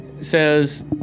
says